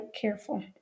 careful